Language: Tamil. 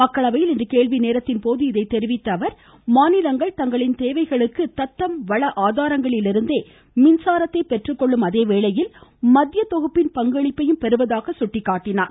மக்களவையில் இன்று கேள்வி நேரத்தின்போது இதனை தெரிவித்த அவர் மாநிலங்கள் தத்தம் தேவைகளுக்கு தத்தம் வள மின்சாரத்தை பெற்றுக்கொள்ளும் அதே வேளையில் மத்திய தொகுப்பின் பங்களிப்பையும் பெறுவதாக குறிப்பிட்டார்